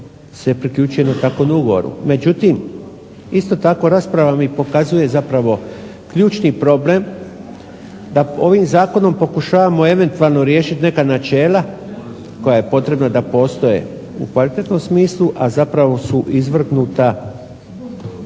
se priključio jednom takvom ugovoru. Međutim, isto tako rasprava mi pokazuje zapravo ključni problem, da ovim zakonom pokušavamo eventualno riješit neka načela koja je potrebno da postoje u kvalitetnom smislu, a zapravo su izvrgnuta